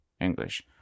English